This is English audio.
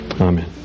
Amen